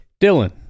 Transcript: Dylan